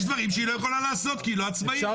--- יש דברים שהיא לא יכולה לעשות כי היא לא עצמאית.